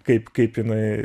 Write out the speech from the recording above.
kaip kaip jinai